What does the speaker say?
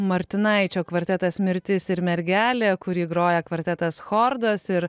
martinaičio kvartetas mirtis ir mergelė kurį groja kvartetas chordos ir